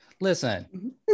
Listen